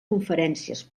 conferències